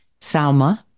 Salma